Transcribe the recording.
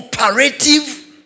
operative